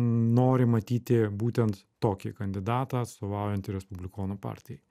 nori matyti būtent tokį kandidatą atstovaujantį respublikonų partijai